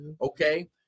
okay